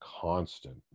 constant